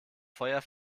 feuer